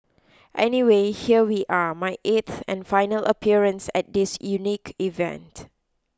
anyway here we are my eighth and final appearance at this unique event